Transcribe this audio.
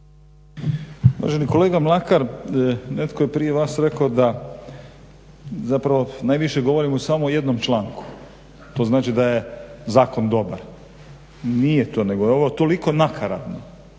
Uvaženi kolega Mlakar netko je prije vas rekao da zapravo najviše govorimo samo o jednom članku, to znači da je zakon dobar. Nije to, nego je ovo toliko nakaradno